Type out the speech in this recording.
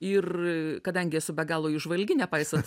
ir kadangi esu be galo įžvalgi nepaisant